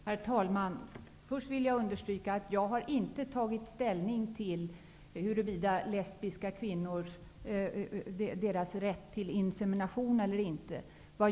Herr talman! Jag vill understryka att jag inte har tagit ställning till lesbiska kvinnors rätt till insemination.